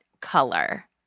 color